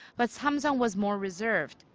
but samsung was more reserved.